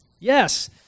Yes